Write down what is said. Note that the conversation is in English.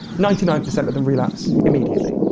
ninety nine percent of them relapse immediately,